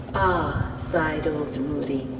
ah! sighed old moodie.